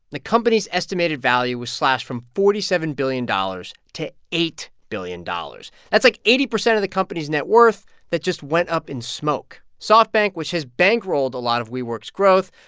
the company's estimated value was slashed from forty seven billion dollars to eight billion dollars. that's, like, eighty percent of the company's net worth that just went up in smoke. softbank, which has bankrolled a lot of wework's growth,